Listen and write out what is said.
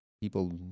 people